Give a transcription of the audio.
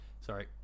sorry